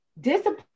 discipline